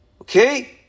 Okay